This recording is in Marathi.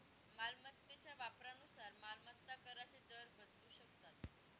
मालमत्तेच्या वापरानुसार मालमत्ता कराचे दर बदलू शकतात